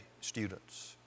students